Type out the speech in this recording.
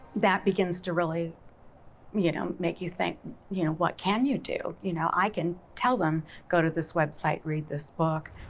that begins to really you know make you think you know what can you do, you know, i can tell them go to this website read this book.